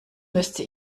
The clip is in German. müsste